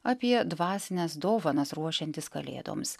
apie dvasines dovanas ruošiantis kalėdoms